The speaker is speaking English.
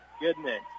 goodness